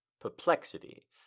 perplexity